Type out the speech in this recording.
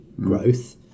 growth